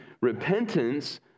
repentance